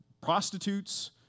prostitutes